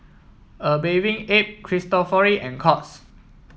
A Bathing Ape Cristofori and Courts